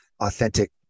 authentic